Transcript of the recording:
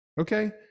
okay